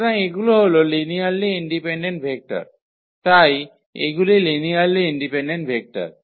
সুতরাং এগুলো হল লিনিয়ারলি ইন্ডিপেন্ডেন্ট ভেক্টর তাই এগুলি লিনিয়ারলি ইন্ডিপেন্ডেন্ট ভেক্টর